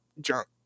junk